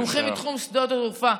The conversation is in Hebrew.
מומחים מתחום שדות התעופה,